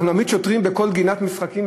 אנחנו נעמיד שוטרים בכל גינת משחקים,